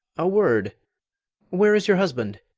a word where is your husband?